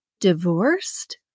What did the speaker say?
divorced